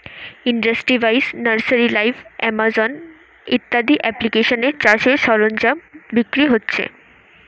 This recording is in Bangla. ইন্ডাস্ট্রি বাইশ, নার্সারি লাইভ, আমাজন ইত্যাদি এপ্লিকেশানে চাষের সরঞ্জাম বিক্রি হচ্ছে